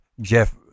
Jeff